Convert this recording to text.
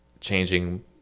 changing